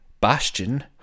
Bastion